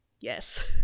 Yes